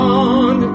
on